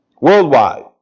Worldwide